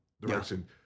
direction